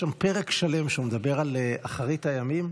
יש שם פרק שלם שהוא מדבר על אחרית הימים,